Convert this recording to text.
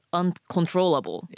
uncontrollable